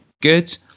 good